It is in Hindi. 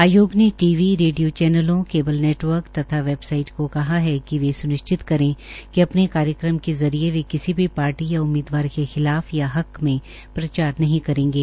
आयोग ने टी वी रेडियो चैनलों केबल नेटवर्क तथा वैबसाइट को कहा है कि वे सुनिश्चित करे कि अपने कार्यक्रम के जरिये वे किसी भी पार्टी या उम्मीदवार के खिलाफ या हक में प्रचार नहीं करेंगे